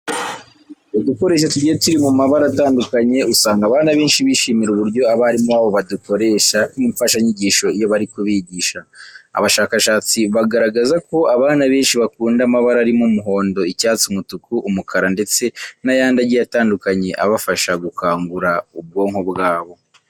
Udukoresho tugiye turi mu mabara atandukanye usanga abana benshi bishimira uburyo abarimu babo badukoresha nk'imfashanyigisho iyo bari kubigisha. Abashakashatsi bagaragaza ko abana benshi bakunda amabara arimo umuhondo, icyatsi, umutuku, umukara ndetse n'ayandi agiye atandukanye abafasha gukangura ubwonko bwabo.